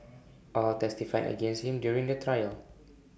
all testified against him during the trial